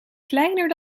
kleiner